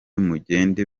mugende